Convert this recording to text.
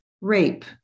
rape